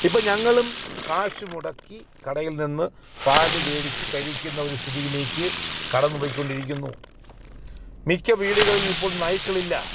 ഇപ്പം ഞങ്ങളും കാശ് മുടക്കി കടയിൽനിന്ന് പാൽ വേടിച്ച് കഴിക്കുന്ന ഒരു സ്ഥിതിയിലേക്ക് കടന്നുപോയിക്കൊണ്ടിരിക്കുന്നു മിക്ക വീടുകളിലും ഇപ്പോൾ നായ്ക്കളില്ല